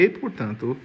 portanto